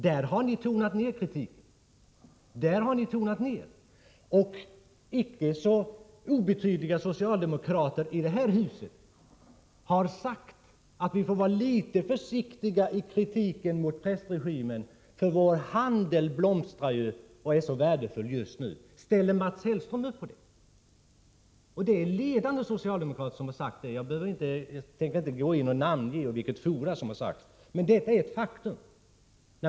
Där har den svenska regeringen tonat ned kritiken. Inte så obetydliga socialdemokrater i detta hus har förklarat att vi måste vara litet försiktiga i vår kritik av prästregimen, eftersom vår handel med Iran blomstrar och är så värdefull just nu. Ställer Mats Hellström upp på detta? Ledande socialdemokrater har alltså sagt så. Jag behöver inte namnge någon eller i vilket forum det har sagts. Men det är ett faktum.